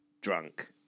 drunk